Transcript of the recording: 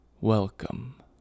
welcome